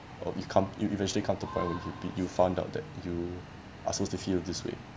uh you come you eventually with you found out that you are supposed to feel this way